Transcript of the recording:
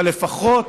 אבל לפחות